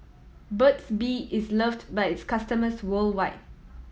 Burt's Bee is loved by its customers worldwide